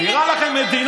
מה עם האישור למצרים?